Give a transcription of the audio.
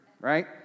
right